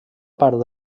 part